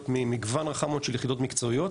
ממגוון רחב מאוד של יחידות מקצועיות,